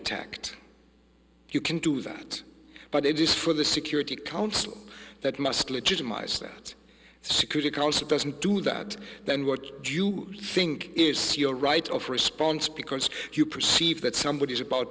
attacked you can do that but it is for the security council that must legitimize that security council doesn't do that then what do you think is your right of response because you perceive that somebody is about